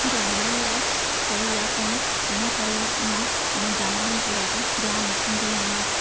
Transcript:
जानवरनि लाइ सही आहे पीअणु इने करे मां उन जानवरनि जो ॾाढो ध्यानु रखंदी आहियां